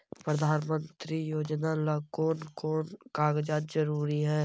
प्रधानमंत्री योजना ला कोन कोन कागजात जरूरी है?